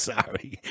Sorry